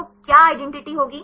तो क्या आइडेंटिटी होगी